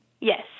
Yes